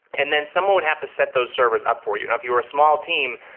and then someone would have to set those servers up for you. now, if you were a small team,